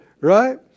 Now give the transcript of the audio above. right